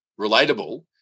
relatable